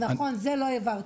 לא, נכון, זה לא העברתי.